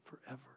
forever